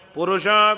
Purusha